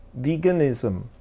veganism